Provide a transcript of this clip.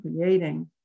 creating